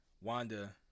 Wanda